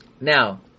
Now